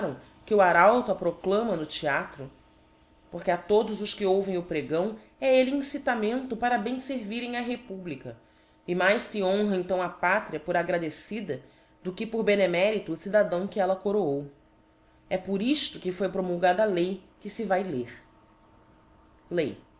que o arauto a proclama no theatro porque a todos os que ouvem o pregão é elle incitamento para bem fervirem a republica e mais fe honra então a pátria por agradecida do que por benemérito o cidadão que ella coroou é por iíio que foi promulgada a lei que fe vae ler lei